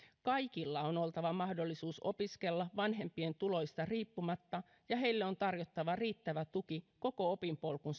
kaikilla on oltava mahdollisuus opiskella vanhempien tuloista riippumatta ja on tarjottava riittävä tuki koko opinpolun